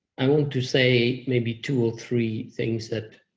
i want to say maybe two or three things that